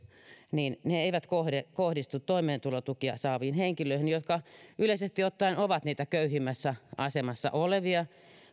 eivät kohdistu kohdistu toimeentulotukia saaviin henkilöihin jotka yleisesti ottaen ovat niitä köyhimmässä asemassa olevia